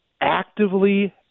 actively